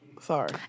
Sorry